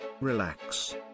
relax